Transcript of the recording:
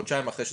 חודשיים אחרי,